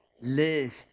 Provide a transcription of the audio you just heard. Live